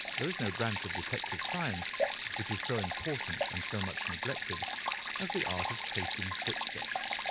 there is no branch of detective science which is so important and so much neglected as the art of tracing footsteps.